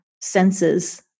senses